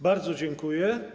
Bardzo dziękuję.